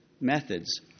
methods